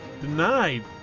denied